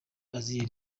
aziye